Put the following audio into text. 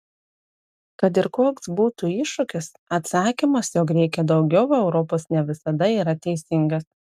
kad ir koks būtų iššūkis atsakymas jog reikia daugiau europos ne visada yra teisingas